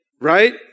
right